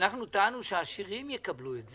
שאנחנו טענו שהעשירים יקבלו את זה,